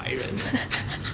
白人